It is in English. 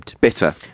bitter